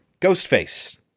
Ghostface